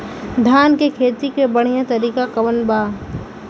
धान के खेती के बढ़ियां तरीका कवन बा?